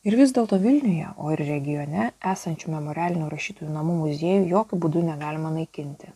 ir vis dėlto vilniuje o ir regione esančių memorialinių rašytojų namų muziejų jokiu būdu negalima naikinti